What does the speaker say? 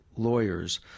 lawyers